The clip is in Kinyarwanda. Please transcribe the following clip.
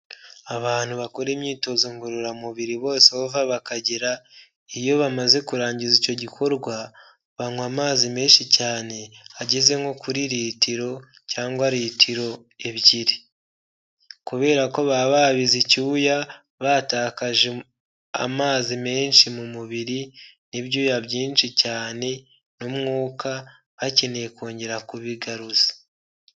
Abantu bakora imyitozo ngororamubiri bose aho bava bakagera, iyo bamaze kurangiza icyo gikorwa banywa amazi menshi cyane ageze nko kuri litiro cyangwa litiro ebyiri, kubera ko baba babize icyuya batakaje amazi menshi mu mubiri n'ibyuya byinshi cyane n'umwuka bakeneye kongera kubigaruza.